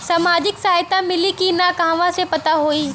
सामाजिक सहायता मिली कि ना कहवा से पता होयी?